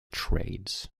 trades